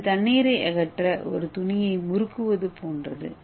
இது தண்ணீரை அகற்ற ஒரு துணியை முறுக்குவதைப் போன்றது